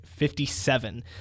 57